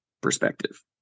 perspective